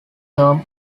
term